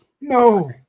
No